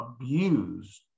abused